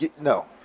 No